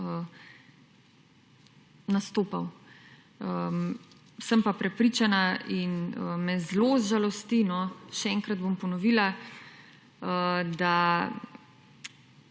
nastopal. Sem pa prepričana in me zelo žalosti, še enkrat bom ponovila, da